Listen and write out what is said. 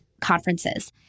conferences